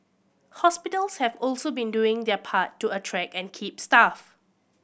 hospitals have also been doing their part to attract and keep staff